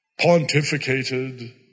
pontificated